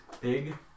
Big